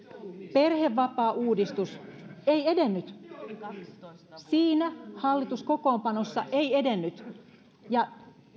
perhevapaauudistus ei edennyt siinä hallituskokoonpanossa ei edennyt ja